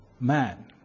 Man